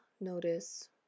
notice